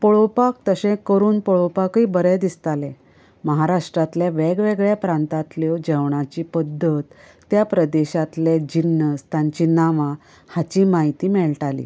पळोवपाक तशें करून पळोवपाकय बरें दिसतालें महाराष्ट्रांतले वेगवेगळ्या प्रांतांतल्या जेवणाची पद्दत त्या प्रदेशांतले जिन्नस तांची नांवां हाची म्हायती मेळटाली